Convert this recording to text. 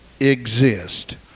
Exist